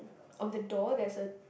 on the door there's a